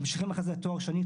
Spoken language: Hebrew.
וממשיכים אחרי זה לתואר שני,